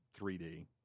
3D